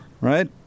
right